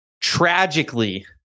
tragically